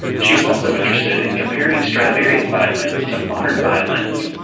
she was also interested in comparing stradivarius violins to modern violins.